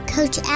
Coach